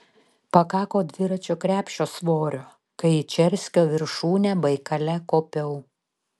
pakako dviračio krepšio svorio kai į čerskio viršūnę baikale kopiau